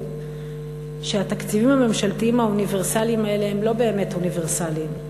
שהתקציבים הממשלתיים האוניברסליים האלה הם לא באמת אוניברסליים,